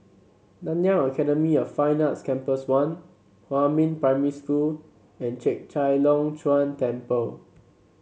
Nanyang Academy of Fine Arts Campus One Huamin Primary School and Chek Chai Long Chuen Temple